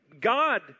God